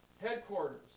headquarters